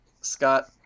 Scott